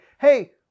hey